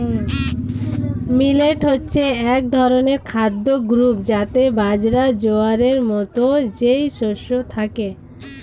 millet হচ্ছে এক ধরনের খাদ্য গ্রূপ যাতে বাজরা, জোয়ারের মতো যেই শস্য থাকে